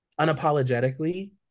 unapologetically